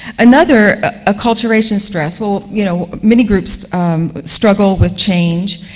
another acculturation stress. well, you know many groups struggle with change,